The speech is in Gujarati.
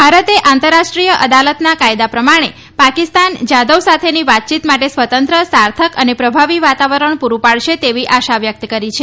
ભારતે આંતરરાષ્ટ્રીય અદાલતનાં કાયદા પ્રમાણે પાકિસ્તાન જાધવ સાથેની વાતચીત માટે સ્વતંત્ર સાર્થક અને પ્રભાવી વાતાવરણ પુરૂ પાડશે તેવી આશા વ્યક્ત કરી છે